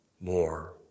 more